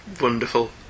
Wonderful